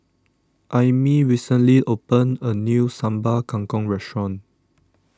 Aimee recently opened a new Sambal Kangkong Restaurant